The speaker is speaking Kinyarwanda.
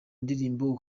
ndirimbo